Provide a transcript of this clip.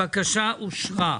הבקשה אושרה.